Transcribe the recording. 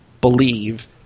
believe